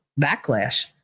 backlash